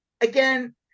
again